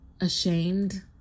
ashamed